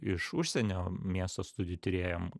iš užsienio miesto studijų tyrėjam